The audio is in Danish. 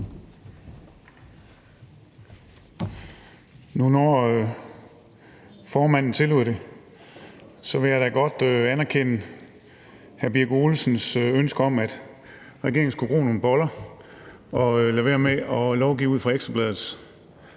Nu, når formanden tillod det, vil jeg da godt anerkende hr. Ole Birk Olesens ønske om, at regeringen skulle gro nogle boller og lade være med at lovgive ud fra Ekstra Bladets